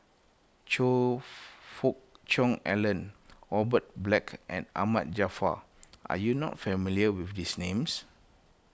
Choe Fook Cheong Alan Robert Black and Ahmad Jaafar are you not familiar with these names